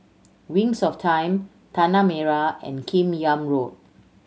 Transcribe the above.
Wings of Time Tanah Merah and Kim Yam Road